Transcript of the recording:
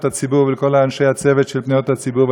הציבור ולכל אנשי הצוות של פניות הציבור,